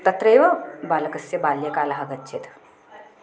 तत्रैव बालकस्य बाल्यकालः गच्छेत्